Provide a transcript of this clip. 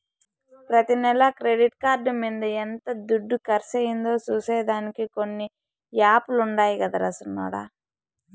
ప్రతి నెల credit card మింద ఎంత దుడ్డు కర్సయిందో సూసే దానికి కొన్ని యాపులుండాయి గదరా సిన్నోడ